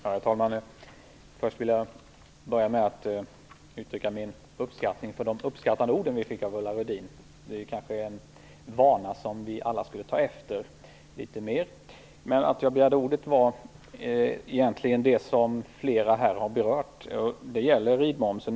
Herr talman! Jag vill börja med att uttrycka min uppskattning över de uppskattande ord vi fick av Ulla Rudin. Det är kanske en vana som vi alla skulle ta efter litet mer. Anledningen till att jag begärde ordet var egentligen något som flera här har berört, nämligen ridmomsen.